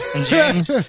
James